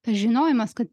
tas žinojimas kad